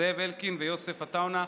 זאב אלקין ויוסף עטאונה.